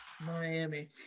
Miami